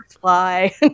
fly